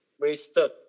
wasted